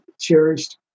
cherished